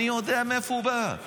אני יודע מאיפה הוא בא,